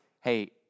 hey